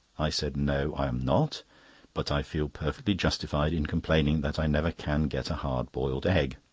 i said no, i am not but i feel perfectly justified in complaining that i never can get a hard-boiled egg.